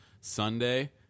Sunday